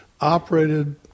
operated